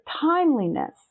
timeliness